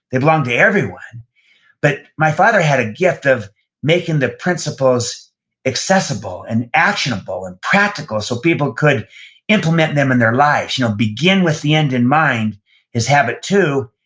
they belong to everyone but my father had a gift of making the principles accessible and actionable and practical, so people could implement them in their lives. you know begin with the end in mind is habit two.